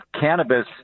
cannabis